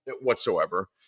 whatsoever